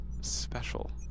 special